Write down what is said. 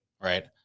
Right